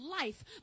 life